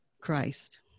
Christ